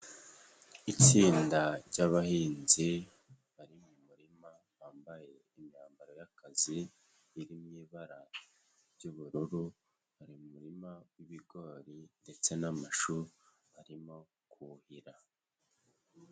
Itsinda ry'abahinzi bari mu murima bambaye imyambaro y'akazi, iri mu ibara ry'ubururu. Bari mu murima w'ibigori ndetse n'amashu barimo kuhira.